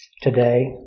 today